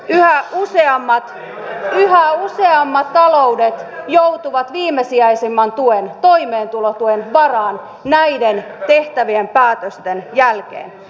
yhä useammat taloudet joutuvat viimesijaisimman tuen toimeentulotuen varaan näiden tehtävien päätösten jälkeen